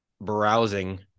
browsing